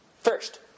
First